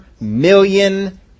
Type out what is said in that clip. million